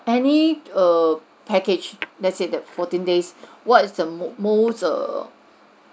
any err package let's say that fourteen days what is the mo~ most err